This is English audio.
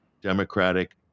Democratic